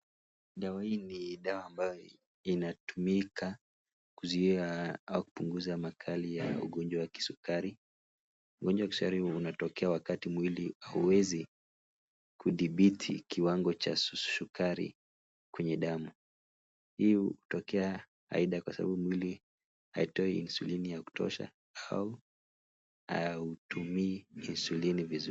Dawa hii ni dawa ambayo inatumika kuzuia ama kupunguza makali ya ugonjwa wa kisukari. Ugonjwa wa kisukari unatokea wakati mwili huwezi kudhibiti kiwango cha sukari kwenye damu. Hii hutokea aidha kwa sababu mwili haitoi insulini ya kutosha au hautumi insulini vizuri.